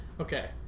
Okay